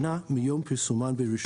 שנה מיום פרסומן ברשומות.